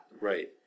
Right